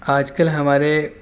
آج کل ہمارے